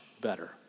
better